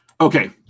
Okay